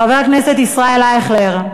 חבר הכנסת ישראל אייכלר.